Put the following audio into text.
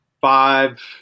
five